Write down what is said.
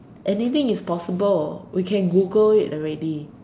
anything is possible we can Google it already